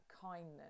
kindness